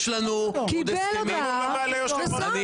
יש לנו עוד הסכמים --- קיבל הודעה --- היה